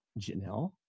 Janelle